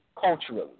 culturally